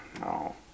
no